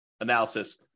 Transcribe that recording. analysis